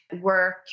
work